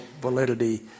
validity